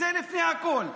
תודה רבה.